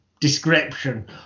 description